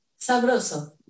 sabroso